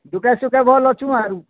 ଦୁଃଖେ ସୁଖେ ଭଲ୍ ଅଛୁ ଆରୁ ହଁ